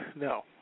no